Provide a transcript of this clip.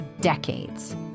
decades